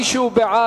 מי שהוא בעד,